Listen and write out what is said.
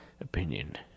opinion